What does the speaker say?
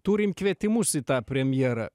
turim kvietimus į tą premjerą